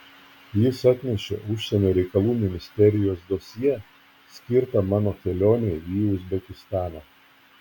jis atnešė užsienio reikalų ministerijos dosjė skirtą mano kelionei į uzbekistaną